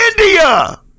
India